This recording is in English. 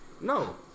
No